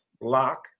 block